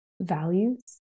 values